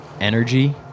energy